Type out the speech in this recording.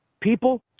people